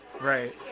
Right